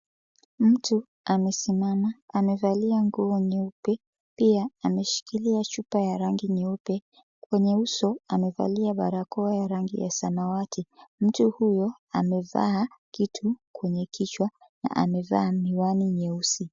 Mtu amesimama amevalia nguo nyeupe pia ameshikilia chupa ya rangi nyeupe kwenye uso amevalia barakoa ya rangi ya samawati mtu huyo amevaa kitu kwenye kichwa na amevaa miwani nyeusi.